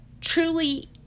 truly